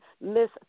Miss